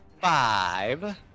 five